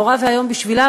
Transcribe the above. נורא ואיום בשבילם,